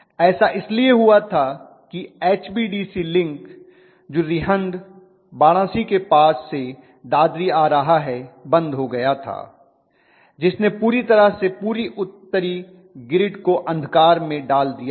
ऐसा इसलिए हुआ था की एचवीडीसी लिंक जो रिहंद वाराणसी के पास से दादरी आ रहा है बंद हो गया था जिसने पूरी तरह से पूरी उत्तरी ग्रिड को अंधकार में डाल दिया था